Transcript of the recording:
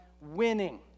winning